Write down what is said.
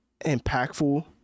impactful